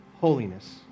holiness